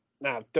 now